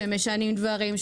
שמשנים דברים,